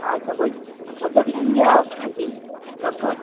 আচ্ছা বলছি ওতে নুন দিয়া আছে নাকি ডক্টর